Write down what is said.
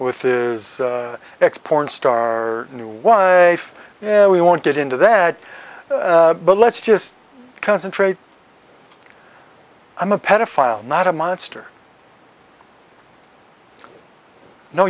with is ex porn star new one yeah we won't get into that but let's just concentrate i'm a pedophile not a monster